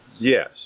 Yes